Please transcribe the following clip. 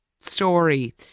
story